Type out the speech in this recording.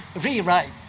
rewrite